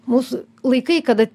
mūsų laikai kada